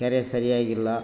ಕೆರೆ ಸರಿಯಾಗಿಲ್ಲ